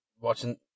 watching